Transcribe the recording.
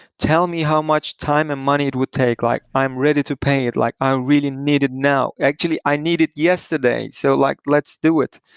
tell me how much time and money it would take? like i'm ready to pay it. like i really need it now. actually, i need it yesterday. so like let's do it.